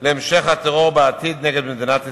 להמשך הטרור בעתיד נגד מדינת ישראל?